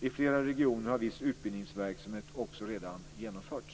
I flera regioner har viss utbildningsverksamhet också redan genomförts.